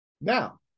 Now